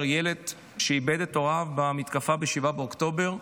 ילד שאיבד את הוריו במתקפה ב-7 באוקטובר,